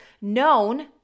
known